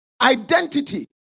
identity